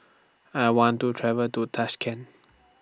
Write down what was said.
I want to travel to Tashkent